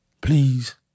Please